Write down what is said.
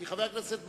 כי חבר הכנסת בר-און,